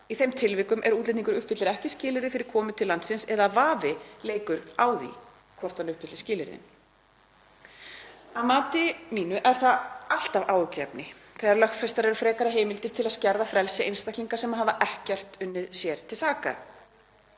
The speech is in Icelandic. í þeim tilvikum er útlendingur uppfyllir ekki skilyrði fyrir komu til landsins eða þegar vafi leikur á því hvort hann uppfylli skilyrðin. Að mínu mati er það alltaf áhyggjuefni þegar lögfestar eru frekari heimildir til að skerða frelsi einstaklinga sem hafa ekki unnið sér neitt til saka.